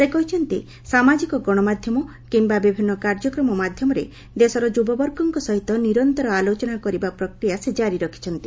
ସେ କହିଛନ୍ତି ସାମାଜିକ ଗଶମାଧ୍ଧମ କିମ୍ଚା ବିଭିନ୍ କାର୍ଯ୍ୟକ୍ରମ ମାଧ୍ଧମରେ ଦେଶର ଯୁବବର୍ଗଙ୍କ ସହିତ ନିରନ୍ତର ଆଲୋଚନା କରିବା ପ୍ରକ୍ରିୟା ସେ ଜାରି ରଖିଛନ୍ତି